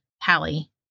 Hallie